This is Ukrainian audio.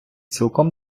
цілком